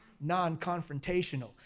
non-confrontational